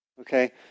Okay